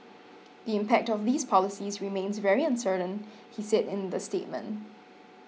the impact of these policies remains very uncertain he said in the statement